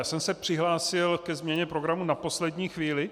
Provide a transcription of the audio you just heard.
Já jsem se přihlásil ke změně programu na poslední chvíli.